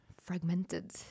fragmented